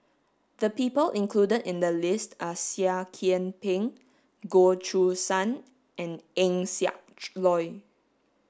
the people included in the list are Seah Kian Peng Goh Choo San and Eng Siak Loy